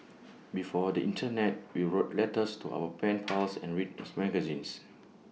before the Internet we wrote letters to our pen pals and read magazines